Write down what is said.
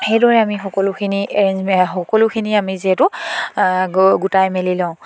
সেইদৰে আমি সকলোখিনি এৰেঞ্জ সকলোখিনি আমি যিহেতু গোটাই মেলি লওঁ